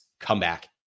comeback